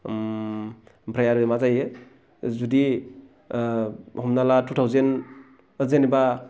ओम ओमफ्राय आरो मा जायो जुदि ओ हमना ला टु थावजेन्ड जेनेबा